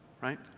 right